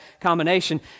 combination